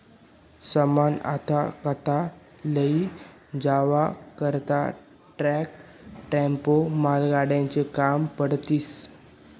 सामान आथा तथा लयी जावा करता ट्रक, टेम्पो, मालगाड्या काम पडतीस